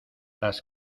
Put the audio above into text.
las